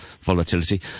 volatility